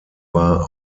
war